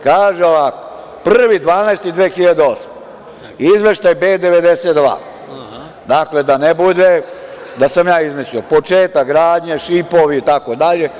Kaže ovako – 01.12.2008. godine, izveštaj B92, dakle, da ne bude da sam ja izmislio, početak gradnje, šipovi itd.